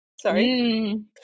sorry